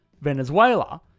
Venezuela